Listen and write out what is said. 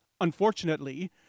Unfortunately